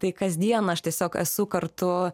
tai kasdieną aš tiesiog esu kartu